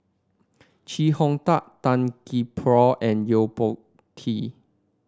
Chee Hong Tat Tan Gee Paw and Yo Po Tee